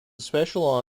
special